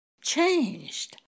changed